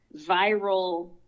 viral